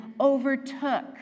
overtook